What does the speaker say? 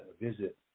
visit